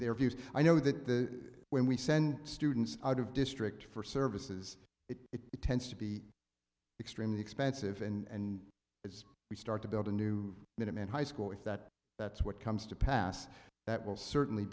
their views i know that when we send students out of district for services it tends to be extremely expensive and if we start to build a new unit in high school if that that's what comes to pass that will certainly